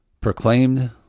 proclaimed